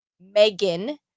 megan